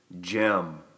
gem